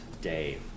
day